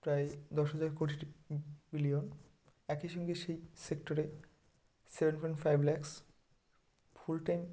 প্রায় দশ হাজার কোটি বিলিয়ন একই সঙ্গে সেই সেক্টরে seven point five lakhs full time